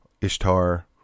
Ishtar